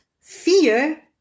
fear